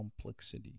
complexity